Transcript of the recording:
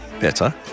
better